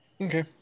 Okay